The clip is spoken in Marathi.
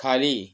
खाली